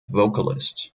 vocalist